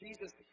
Jesus